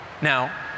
Now